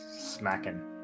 smacking